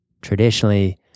traditionally